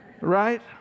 Right